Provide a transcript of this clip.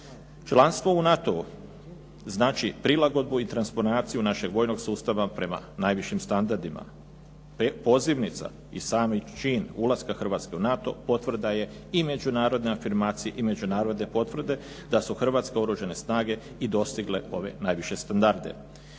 Članstvo u NATO-u znači prilagodbu i transformaciju našeg vojnog sustava prema najvišim standardima. Pozivnica i sami čin ulaska Hrvatske u NATO potvrda je i međunarodne afirmacije i međunarodne potvrde da su hrvatske Oružane snage i dostigle ove najviše standarde.